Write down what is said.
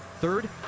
Third